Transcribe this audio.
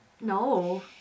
No